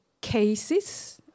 cases